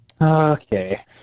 Okay